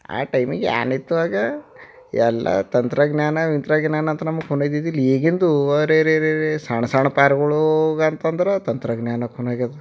ಆ ಟೈಮಿಗೆ ಏನಿತ್ತು ಆಗ ಎಲ್ಲ ತಂತ್ರಜ್ಞಾನ ಗಿಂತ್ರಜ್ಞಾನಂತ ನಮಗೆ ಖೂನೇ ಇದ್ದಿದಿಲ್ಲ ಈಗಿಂದು ಅರೆರೆರೆರೆ ಸಣ್ಣ ಸಣ್ಣ ಪಾರ್ಗಳು ಹೋಗಂತಂದ್ರೆ ತಂತ್ರಜ್ಞಾನ ಖೂನಾಗ್ಯದ